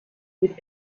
mit